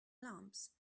lamps